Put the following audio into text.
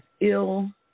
ill